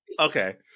Okay